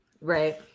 Right